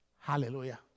Hallelujah